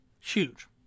Huge